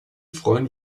freuen